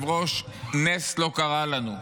נס לא קרה לנו,